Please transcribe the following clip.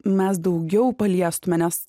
mes daugiau paliestume nes